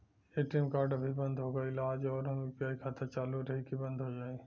ATM card अभी बंद हो गईल आज और हमार यू.पी.आई खाता चालू रही की बन्द हो जाई?